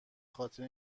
خاطر